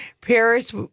Paris